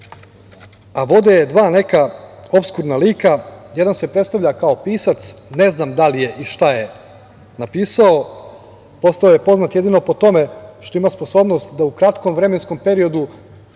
a vode je dva neka opskurdna lika. Jedan se predstavlja kao pisac. Ne znam da li je i šta je napisao. Postao je poznat jedino po tome što ima sposobnost da u kratkom vremenskom periodu